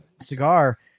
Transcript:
Cigar